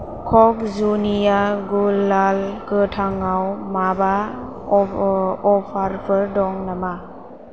जुनिया गुलाल गोथांआव माबा अफारफोर दङ नामा